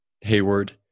Hayward